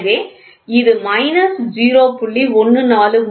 எனவே இது மைனஸ் 0